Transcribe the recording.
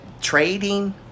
trading